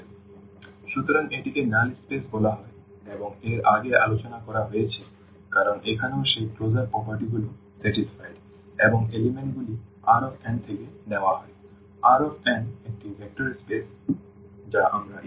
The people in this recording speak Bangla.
Vx∈RnAmnxn0m সুতরাং এটিকে নাল স্পেস বলা হয় এবং এর আগে আলোচনা করা হয়েছে কারণ এখানেও সেই ক্লোজার প্রপার্টিগুলি সন্তুষ্ট এবং উপাদানগুলি Rn থেকে নেওয়া হয় Rn একটি ভেক্টর স্পেস যা আমরা ইতিমধ্যে দেখেছি